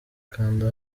kanda